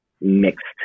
mixed